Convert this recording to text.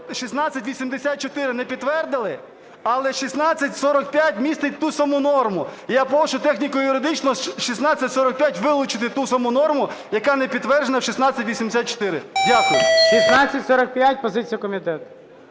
1684 не підтвердили, але 1645 містить ту саму норму. Я прошу техніко-юридично в 1645 вилучити ту саму норму, яка не підтверджена в 1684. Дякую. ГОЛОВУЮЧИЙ. 1645, позиція комітету.